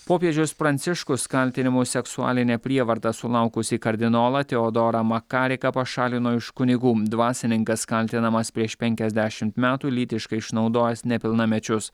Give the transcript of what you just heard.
popiežius pranciškus kaltinimo seksualine prievarta sulaukusį kardinolą teodorą makariką pašalino iš kunigų dvasininkas kaltinamas prieš penkiasdešimt metų lytiškai išnaudojęs nepilnamečius